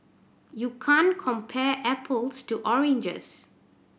you can't compare apples to oranges